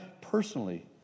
personally